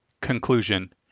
Conclusion